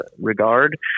regard